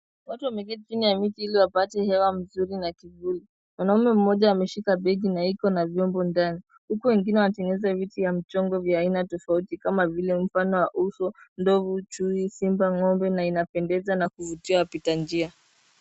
Watu wameketi chini ya miti ili wapate hewa mzuri na kivuli. Mwanaume mmoja ameshika begi na iko na vyombo ndani, huku wengine wakitengeza vitu vya mchongo vya aina tofauti kama vile mfano wa uso, ndovu, chui, simba , ng'ombe na inapendeza na kuvutia wapita njia.